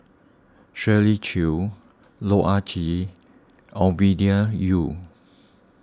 Shirley Chew Loh Ah Chee Ovidia Yu